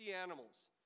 animals